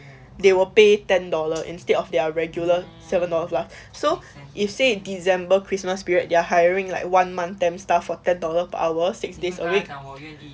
they will pay ten dollar instead of their regular seven dollars lah so if say in december christmas period they're hiring like one month temp staff for ten dollar per hour six days a week